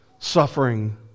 suffering